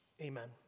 Amen